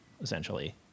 essentially